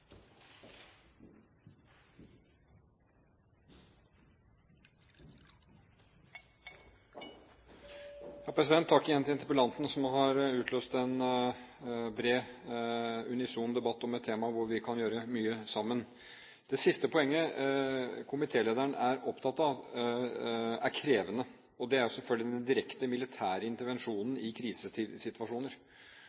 Takk igjen til interpellanten, som har utløst en bred og unison debatt om et tema hvor vi kan gjøre mye sammen. Det siste poenget komitélederen er opptatt av, er krevende. Det er selvfølgelig den direkte militære intervensjonen